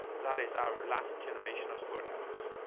that is our last generation of storytellers.